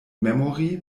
memory